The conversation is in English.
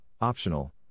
Optional